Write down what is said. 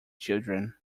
children